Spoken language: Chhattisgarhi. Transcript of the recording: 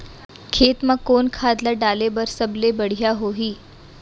खेत म कोन खाद ला डाले बर सबले बढ़िया होही?